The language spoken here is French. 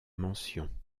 mention